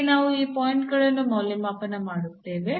ಇಲ್ಲಿ ನಾವು ಈ ಪಾಯಿಂಟ್ ಗಳನ್ನು ಮೌಲ್ಯಮಾಪನ ಮಾಡುತ್ತೇವೆ